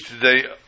today